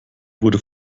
wurde